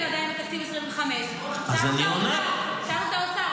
עדיין לתקציב 2025. שאלנו את האוצר,